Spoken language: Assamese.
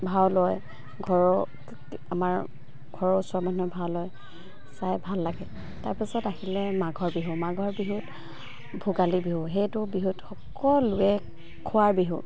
ভাও লয় ঘৰৰ আমাৰ ঘৰৰ ওচৰৰ মানুহে ভাল লয় চাই ভাল লাগে তাৰপিছত আহিলে মাঘৰ বিহু মাঘৰ বিহুত ভোগালী বিহু সেইটো বিহুত সকলোৱে খোৱাৰ বিহু